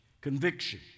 conviction